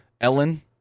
Ellen